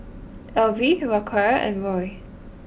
Elvie Racquel and Roy